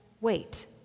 wait